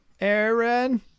Aaron